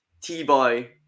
T-boy